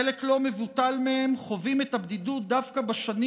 חלק לא מבוטל מהם חווים את הבדידות דווקא בשנים